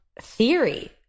theory